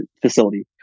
facility